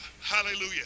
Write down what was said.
hallelujah